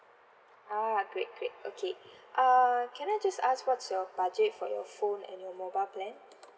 ah great great okay uh can I just ask what's your budget for your phone and your mobile plan